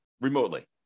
remotely